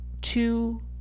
two